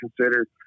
consider